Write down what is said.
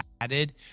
added